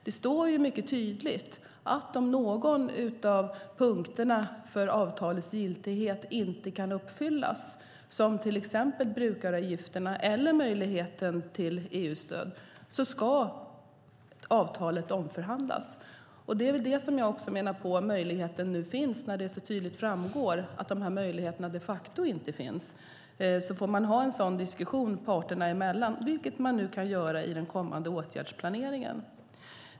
Det står mycket tydligt att om någon av punkterna för avtalets giltighet inte kan uppfyllas - det gäller till exempel brukaravgifterna eller möjligheten till EU-stöd - ska avtalet omförhandlas. Det är väl det som jag också menar. När det så tydligt framgår att de här möjligheterna de facto inte finns får man ha en sådan diskussion, parterna emellan, vilket man nu kan ha i den kommande åtgärdsplaneringen.